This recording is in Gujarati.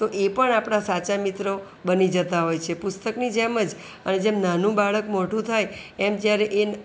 તો એ પણ આપણા સાચા મિત્રો બની જતાં હોય છે પુસ્તકની જેમ જ અને જેમ નાનું બાળક મોટું થાય એમ જ્યારે એ